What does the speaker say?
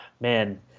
man